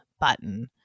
button